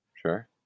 Sure